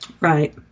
Right